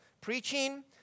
preaching